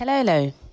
Hello